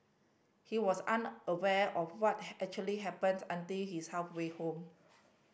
he was unaware of what had actually happened until he's halfway home